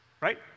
right